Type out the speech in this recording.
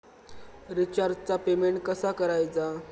रिचार्जचा पेमेंट कसा करायचा?